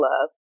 love